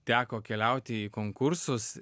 teko keliauti į konkursus